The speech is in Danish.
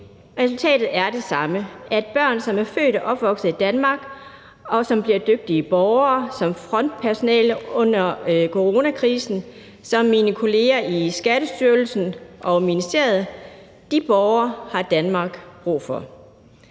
Resultatet er det samme: at børn, som er født og opvokset i Danmark, og som bliver dygtige borgere, f.eks. som frontpersonale under coronakrisen eller som mine kolleger i Skattestyrelsen og -ministeriet, er borgere, som Danmark har brug for.